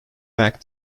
back